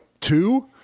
two